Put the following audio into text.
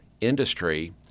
industry